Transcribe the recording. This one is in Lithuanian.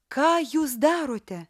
ką jūs darote